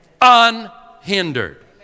Unhindered